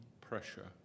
pressure